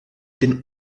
den